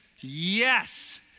Yes